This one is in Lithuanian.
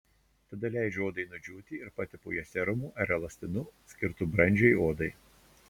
tada leidžiu odai nudžiūti ir patepu ją serumu ar elastinu skirtu brandžiai odai